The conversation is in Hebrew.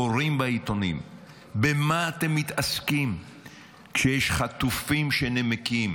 קוראים בעיתונים במה אתם מתעסקים כשיש חטופים שנמקים,